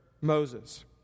Moses